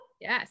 Yes